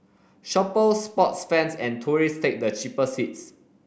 shoppers sports fans and tourists take the cheaper seats